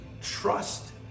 trust